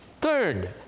Third